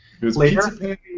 later